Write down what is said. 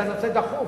ואני רוצה דיון דחוף.